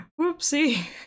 Whoopsie